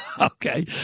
Okay